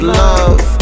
love